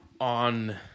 on